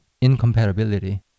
incompatibility